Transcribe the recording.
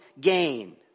gain